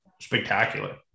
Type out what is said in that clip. spectacular